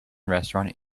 restaurant